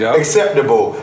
acceptable